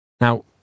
Now